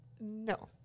No